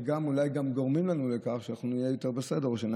וגם אולי גורמים לנו לכך שאנחנו נהיה יותר בסדר,